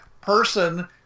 person